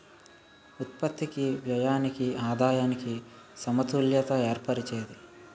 ఉత్పత్తికి వ్యయానికి ఆదాయానికి సమతుల్యత ఏర్పరిచేది